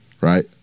right